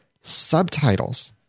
subtitles